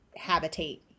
habitate